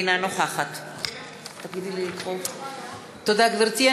אינה נוכחת תודה, גברתי.